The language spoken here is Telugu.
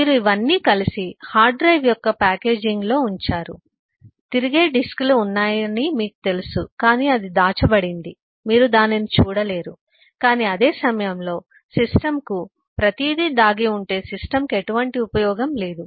మీరు ఇవన్నీ కలిసి హార్డ్ డ్రైవ్ యొక్క ప్యాకేజింగ్లో ఉంచారు తిరిగే డిస్క్లు ఉన్నాయని మీకు తెలుసు కానీ అది దాచబడింది మీరు దానిని చూడలేరు కాని అదే సమయంలో సిస్టమ్కు ప్రతిదీ దాగి ఉంటే సిస్టమ్కు ఎటువంటి ఉపయోగం లేదు